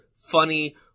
funny